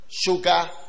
Sugar